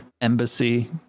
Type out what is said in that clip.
embassy